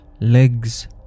legs